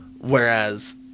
whereas